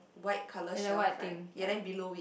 white color shelf right ya then below it